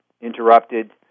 interrupted